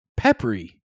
peppery